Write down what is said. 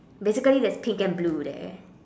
basically there's pink and blue there